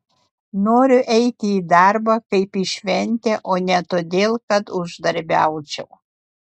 noriu eiti į darbą kaip į šventę o ne todėl kad uždarbiaučiau